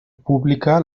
pública